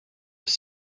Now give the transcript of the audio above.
have